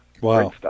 Wow